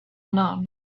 none